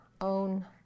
own